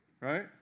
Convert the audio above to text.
right